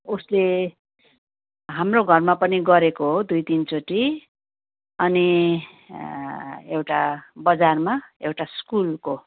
उसले हाम्रो घरमा पनि गरेको हो दुई तिनचोटि अनि एउटा बजारमा एउटा स्कुलको